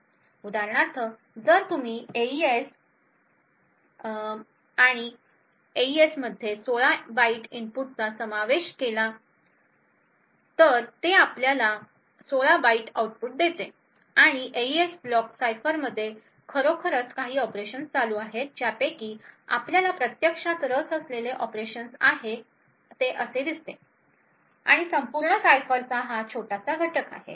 उदाहरणार्थ जर तुम्ही एईएस आणि एईएस मध्ये 16 बाइट इनपुटचा समावेश केला तर ते आपल्याला 16 बाइट आउटपुट देईल आणि एईएस ब्लॉक सायफरमध्ये खरोखरच काही ऑपरेशन्स चालू आहेत ज्यापैकी आपल्याला प्रत्यक्षात रस असलेल्या ऑपरेशन्स आहेत ते असे दिसते आणि संपूर्ण सायफरचा हा एक छोटासा घटक आहे